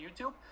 YouTube